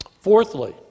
Fourthly